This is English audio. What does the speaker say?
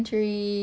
drama